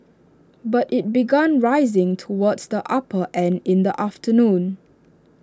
but IT began rising towards the upper end in the afternoon